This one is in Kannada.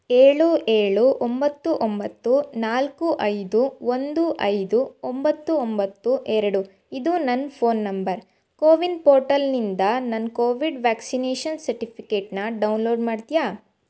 ಏಳು ಏಳು ಒಂಬತ್ತು ಒಂಬತ್ತು ನಾಲ್ಕು ಐದು ಒಂದು ಐದು ಒಂಬತ್ತು ಒಂಬತ್ತು ಎರಡು ಇದು ನನ್ನ ಫೋನ್ ನಂಬರ್ ಕೋವಿನ್ ಪೋರ್ಟಲ್ನಿಂದ ನನ್ನ ಕೋವಿಡ್ ವ್ಯಾಕ್ಸಿನೇಷನ್ ಸರ್ಟಿಫಿಕೇಟ್ನ ಡೌನ್ಲೋಡ್ ಮಾಡ್ತೀಯಾ